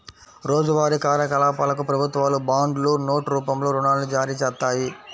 రోజువారీ కార్యకలాపాలకు ప్రభుత్వాలు బాండ్లు, నోట్ రూపంలో రుణాన్ని జారీచేత్తాయి